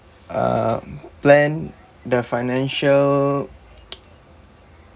uh plan the financial